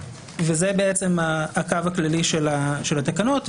וזה בעצם הקו הכללי של התקנות.